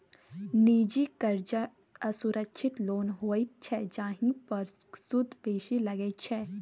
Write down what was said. निजी करजा असुरक्षित लोन होइत छै जाहि पर सुद बेसी लगै छै